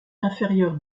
inférieure